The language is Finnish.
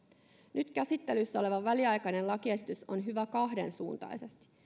nyt käsittelyssä oleva väliaikainen lakiesitys on hyvä kahdensuuntaisesti